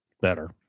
better